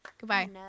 Goodbye